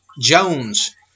Jones